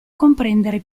comprendere